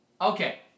okay